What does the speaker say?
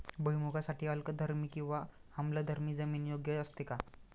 भुईमूगासाठी अल्कधर्मी किंवा आम्लधर्मी जमीन योग्य असते का?